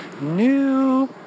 new